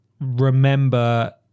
remember